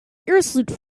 irresolute